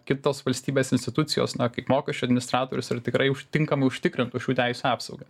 kitos valstybės institucijos kaip mokesčių administratorius ar tikrai už tinkamai užtikrintų šių teisių apsaugą